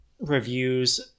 reviews